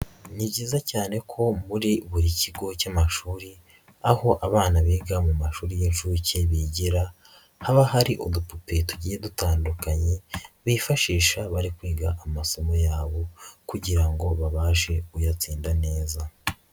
Ii byiza cyane ko muri buri kigo cy'amashuri aho abana biga mu mashuri y'incuke bigira haba hari udupupe tugiye dutandukanye bifashisha bari kwiga amasomo yabo kugira ngo babashe kuyatsinda neza.